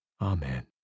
Amen